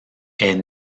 est